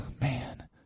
man